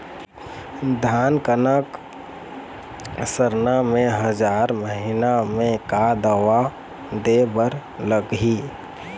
धान कनक सरना मे हजार महीना मे का दवा दे बर लगही?